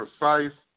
precise